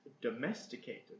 domesticated